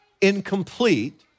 incomplete